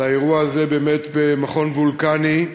לאירוע במכון וולקני,